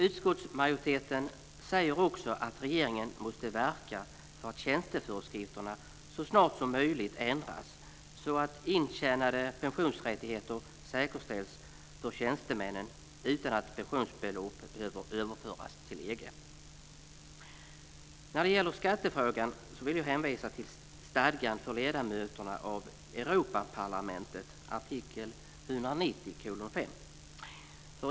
Utskottsmajoriteten säger också att regeringen måste verka för att tjänsteföreskrifterna så snart som möjligt ändras så att intjänade pensionsrättigheter säkerställs för tjänstemännen utan att pensionsbelopp behöver överföras till EG. När det gäller skattefrågan vill jag hänvisa till stadgan för ledamöterna av Europaparlamentet, artikel 190:5.